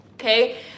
okay